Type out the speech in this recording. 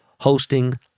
hosting